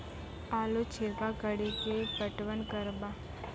आलू छिरका कड़ी के पटवन करवा?